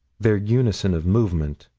their unison of movement.